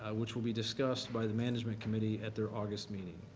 which will be discussed by the management committee at their august meeting.